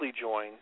join